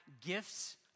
gifts